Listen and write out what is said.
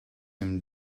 him